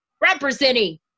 representing